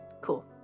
Cool